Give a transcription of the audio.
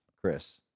chris